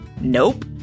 Nope